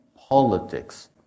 politics